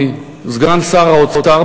מסגן שר האוצר,